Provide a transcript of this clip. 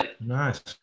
Nice